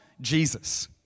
Jesus